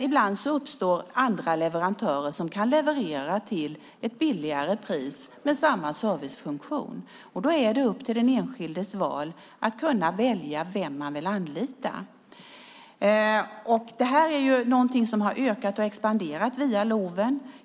Ibland finns andra leverantörer som kan leverera till ett lägre pris, med samma servicefunktion, och då är det upp till den enskilde att välja vem han eller hon vill anlita. Detta har ökat och expanderat genom LOV.